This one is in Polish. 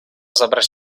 zabrać